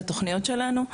והתוכניות שלנו.